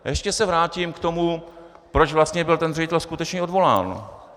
Ještě se vrátím k tomu, proč vlastně byl ten ředitel skutečně odvolán.